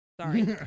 Sorry